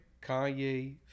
Kanye